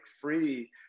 free